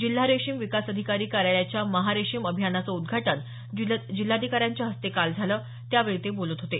जिल्हा रेशीम विकास अधिकारी कार्यालयाच्या महारेशीम अभियानाचे उदघाटन जिल्हाधिकारी यांच्या हस्ते काल झालं त्यावेळी ते बोलत होते